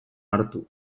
hartu